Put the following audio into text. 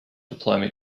diploma